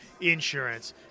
insurance